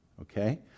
Okay